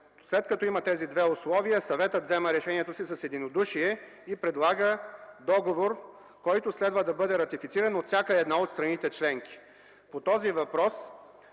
След като има тези две условия, Съветът взема решението си с единодушие и предлага договор, който следва да бъде ратифициран от всяка една от страните членки. По този въпрос